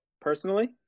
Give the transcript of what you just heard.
personally